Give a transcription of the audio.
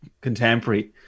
contemporary